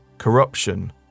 Corruption